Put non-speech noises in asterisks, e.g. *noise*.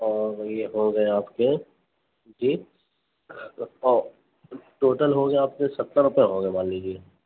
اور یہ ہو گئے آپ کے جی *unintelligible* ٹوٹل ہو گیا آپ کے ستر روپئے ہو گئے مان لیجیے